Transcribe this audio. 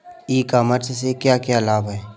ई commerce से क्या क्या लाभ हैं?